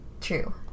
true